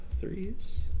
threes